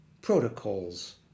protocols